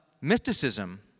mysticism